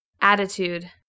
Attitude